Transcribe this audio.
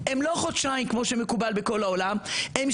לא לוקחות חודשיים כמו שמקובל בכל העולם אלא